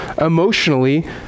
emotionally